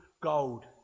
gold